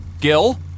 Gil